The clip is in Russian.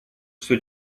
все